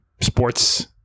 sports